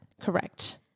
Correct